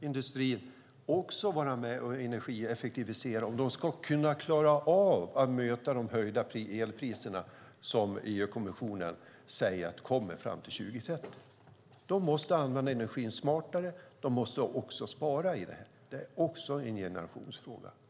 Industrin måste vara med och energieffektivisera om de ska klara av att möta de höjda elpriserna som EU-kommissionen säger kommer fram till 2030. De måste använda energin smartare, och de måste spara energi. Det är också en generationsfråga.